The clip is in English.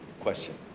question